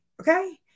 okay